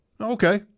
okay